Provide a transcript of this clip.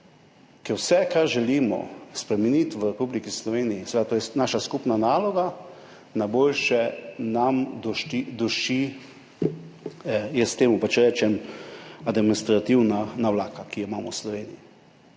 Ker vse, kar želimo spremeniti v Republiki Sloveniji – seveda to je naša skupna naloga – na boljše, nas duši, jaz temu pač rečem, administrativna navlaka, ki jo imamo v Sloveniji.